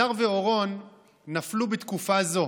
הדר ואורון נפלו בתקופה זו,